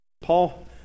Paul